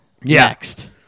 Next